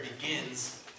begins